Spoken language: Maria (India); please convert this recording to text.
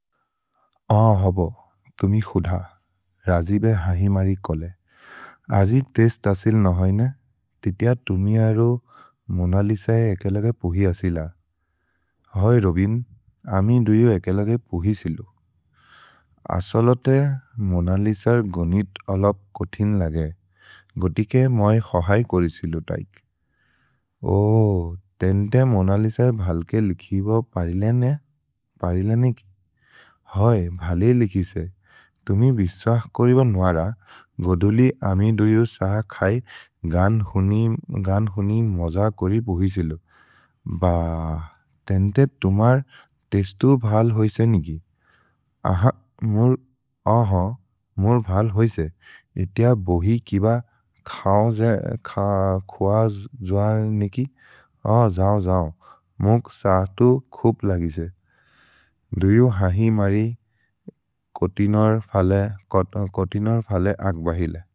अ हबो, तुमि खुध, रजिबे हहिमरि कोले। अजि तेस्त् असिल् नहोय्ने, तित्य तुमि अरो मोनलिस ए एकेलगे पुहि असिल। है रोबिन्, अमि दुयो एकेलगे पुहि सिलु। असोलोते मोनलिस अर् गोनित् अलोप् कोथिन् लगे, गोतिके मोइ खोहै कोरि सिलु तैक्। ओ, तेन्ते मोनलिस ए भल्के लिखिबो परिले ने?। ओ, तेन्ते मोनलिस ए भल्के लिखिबो परिले ने? परिले ने कि?। है, भले लिखि से। तुमि बिस्वक् करिबो नोअर, गोदोलि अमि दुयो सह खै, गन् हुनि मज कोरि पुहि सिलु। भ, तेन्ते तुमर् तेस्तु भल् होइसे नि कि?। अ ह, मोर्, अ ह, मोर् भल् होइसे? एत्य बोहि किब खओजे, ख, खुअ, ज्वल् ने कि?। ओ, जौ जौ, मुग् सतु खुप् लगिसे। दुयो हहिमरि कोतिनोर् फले, कोतिनोर् फले अक् बहिले।